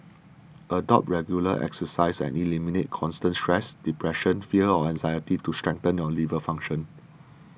adopt regular exercise and eliminate constant stress depression fear or anxiety to strengthen your liver function